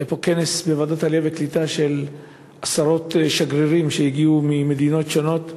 היה פה בוועדת העלייה והקליטה כנס של עשרות שגרירים ממדינות שונות.